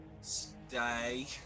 stay